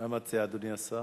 מה מציע אדוני השר?